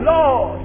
Lord